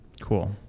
cool